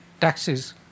taxes